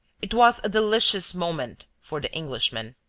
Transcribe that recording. it was a delicious moment for the englishman.